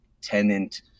tenant